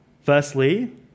Firstly